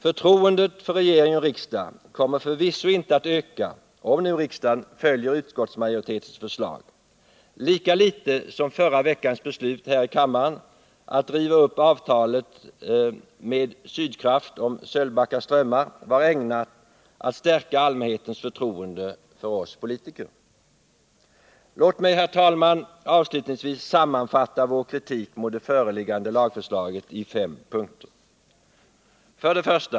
Förtroendet för regering och riksdag kommer förvisso inte att öka om nu riksdagen följer utskottsmajoritetens förslag — lika litet som förra veckans beslut här i kammaren att riva upp avtalet med Sydkraft om Sölvbackaströmmarna var ägnat att stärka allmänhetens förtroende för oss politiker. Låt mig, herr talman, avslutningsvis sammanfatta vår kritik mot det föreliggande lagförslaget i fem punkter. 1.